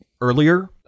earlier